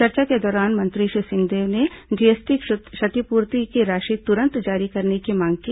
चर्चा के दौरान मंत्री श्री सिंहदेव ने जीएसटी क्षतिपूर्ति की राशि तुरंत जारी करने की मांग की